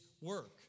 work